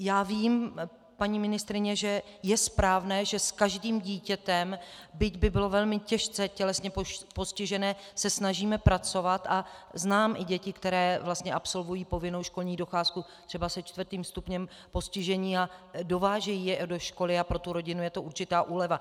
Já vím, paní ministryně, že je správné, že s každým dítětem, byť by bylo velmi těžce tělesně postižené, se snažíme pracovat, a znám i děti, které vlastně absolvují povinnou školní docházku třeba se čtvrtým stupněm postižení, dovážejí je do školy a pro tu rodinu je to určitá úleva.